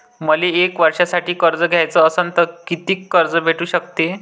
मले एक वर्षासाठी कर्ज घ्याचं असनं त कितीक कर्ज भेटू शकते?